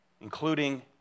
Including